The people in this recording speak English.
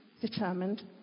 determined